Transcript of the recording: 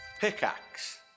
pickaxe